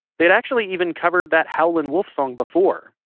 they had actually even covered that howlin' wolf song before,